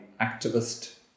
activist